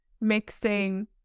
Mixing